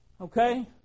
Okay